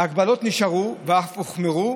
ההגבלות נשארו ואף הוחמרו,